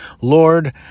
Lord